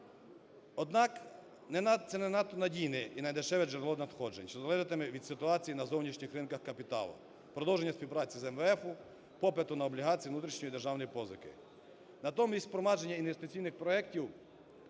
Однак це не надто надійне і недешеве джерело надходжень, що залежатиме від ситуацій на зовнішніх ринках капіталу, продовження співпраці з МВФ, попиту на облігації внутрішньої державної позики.